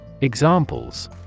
Examples